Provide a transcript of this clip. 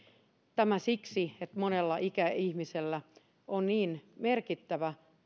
tämä siksi että monella ikäihmisellä on niin merkittävä